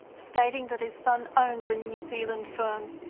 stating that his son owned the new zealand firm.